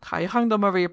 ga dan je gang maar weer